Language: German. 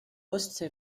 ostsee